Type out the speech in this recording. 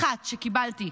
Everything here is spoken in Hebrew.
אחת, שקיבלתי: